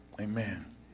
amen